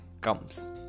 comes